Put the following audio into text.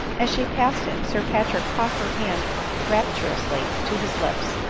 as she passed him, sir patrick caught her hand rap turously to his lips,